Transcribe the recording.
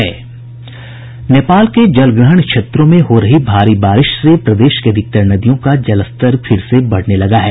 नेपाल के जलग्रहण क्षेत्रों में हो रही बारिश से प्रदेश की अधिकतर नदियों का जलस्तर फिर से बढ़ने लगा है